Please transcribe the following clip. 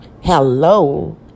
Hello